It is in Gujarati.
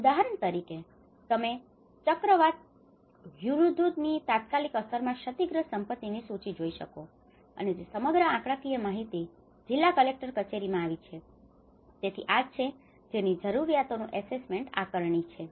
ઉદાહરણ તરીકે તમે ચક્રવાત હુધુદની તાત્કાલિક અસરમાં ક્ષતિગ્રસ્ત સંપત્તિની સૂચિ જોઈ શકો છો અને જે સમગ્ર આંકડાકીય માહિતી જિલ્લા કલેક્ટર કચેરીમાં આવી છે તેથી આ જ છે જેની જરૂરિયાતોનું ઍસેસમેન્ટ assessment આકારણી છે